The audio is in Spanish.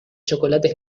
chocolate